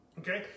okay